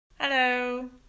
Hello